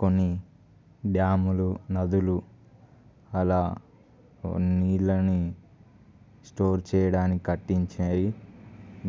కొన్ని డ్యాములు నదులు అలా నీళ్ళని స్టోర్ చేయడానికి కట్టించాయి